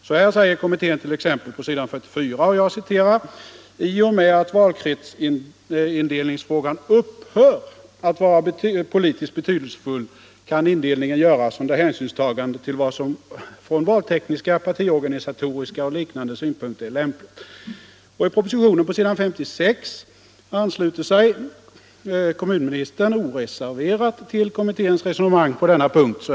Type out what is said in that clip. Så här skriver kommittén på s. 44 i betänkandet: ”I och med att valkretsindelningsfrågan upphör att vara politiskt betydelsefull, kan indelningen göras under hänsynstagande till vad som från valtekniska, partiorganisatoriska och liknande synpunkter är lämpligt ——--.” I propositionen på s. 56 ansluter sig kommunministern oreserverat till kommitténs resonemang på denna punkt.